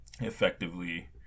effectively